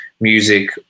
music